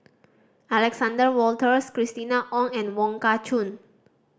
Alexander Wolters Christina Ong and Wong Kah Chun